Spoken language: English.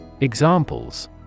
Examples